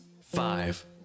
five